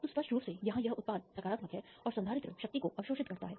तो स्पष्ट रूप से यहां यह उत्पाद सकारात्मक है और संधारित्र शक्ति को अवशोषित करता है